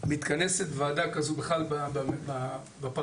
מתכנסת ועדה כזו בפרלמנט.